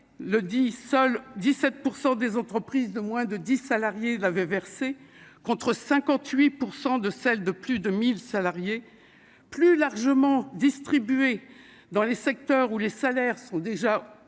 17 % des entreprises de moins de 10 salariés l'avaient versée, contre 58 % de celles de plus de 1 000 salariés, plus largement distribuée dans les secteurs où les salaires sont déjà